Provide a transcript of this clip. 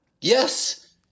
Yes